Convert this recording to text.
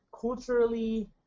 Culturally